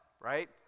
right